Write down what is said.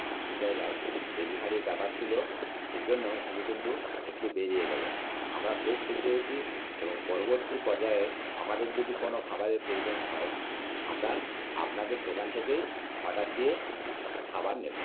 দু তিন জায়গায় ডেলিভারির ব্যাপার ছিল সেই জন্য উনি কিন্তু একটু বেরিয়ে গেলেন আমরা খুব খুশি হয়েছি এবং পরবর্তী পর্যায়ে আমাদের যদি কোনো খাবারের প্রয়োজন হয় আমরা আপনাদের দোকান থেকেই অর্ডার দিয়ে খাবার নেবো